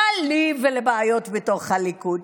מה לי ולבעיות בתוך הליכוד?